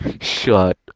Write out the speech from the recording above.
Shut